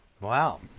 Wow